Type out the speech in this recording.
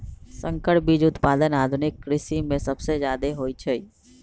संकर बीज उत्पादन आधुनिक कृषि में सबसे जादे होई छई